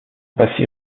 passé